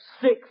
Six